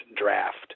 draft